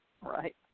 right